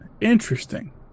Interesting